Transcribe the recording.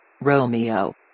Romeo